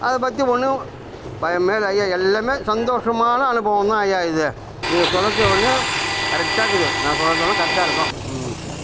அதைப் பற்றி ஒன்றும் பயமே இல்ல ஐயா எல்லாமே சந்தோஷமான அனுபவம் தான் ஐயா இது நீங்கள் சொல்வது ஒன்றும் கரெக்டாக்குது நான் சொல்வதெல்லாம் கரெக்டாக இருக்கும் ம்